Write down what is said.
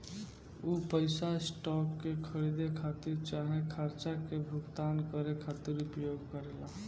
उ पइसा स्टॉक के खरीदे खातिर चाहे खर्चा के भुगतान करे खातिर उपयोग करेला